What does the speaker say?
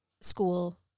school